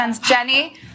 Jenny